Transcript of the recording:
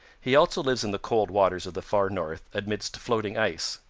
he also lives in the cold waters of the far north amidst floating ice.